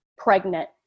pregnant